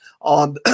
on